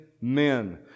men